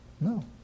No